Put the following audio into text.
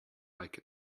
like